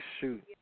shoot